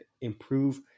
improve